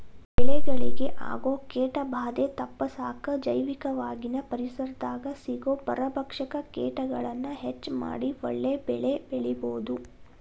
ಬೆಳೆಗಳಿಗೆ ಆಗೋ ಕೇಟಭಾದೆ ತಪ್ಪಸಾಕ ಜೈವಿಕವಾಗಿನ ಪರಿಸರದಾಗ ಸಿಗೋ ಪರಭಕ್ಷಕ ಕೇಟಗಳನ್ನ ಹೆಚ್ಚ ಮಾಡಿ ಒಳ್ಳೆ ಬೆಳೆಬೆಳಿಬೊದು